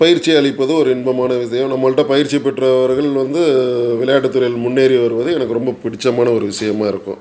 பயிற்சி அளிப்பதும் ஒரு இன்பமான விஷயம் நம்மள்கிட்ட பயிற்சி பெற்றவர்கள் வந்து விளையாட்டுத்துறையில் முன்னேறி வருவது எனக்கு ரொம்ப பிடிச்சமான ஒரு விஷயமா இருக்கும்